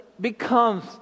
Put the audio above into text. becomes